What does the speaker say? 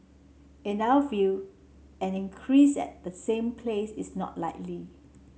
in our view an increase at the same place is not likely